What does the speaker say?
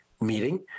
meeting